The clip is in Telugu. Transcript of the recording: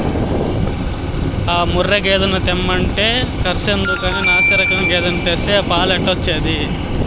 ఆ ముర్రా గేదెను తెమ్మంటే కర్సెందుకని నాశిరకం గేదెను తెస్తే పాలెట్టొచ్చేది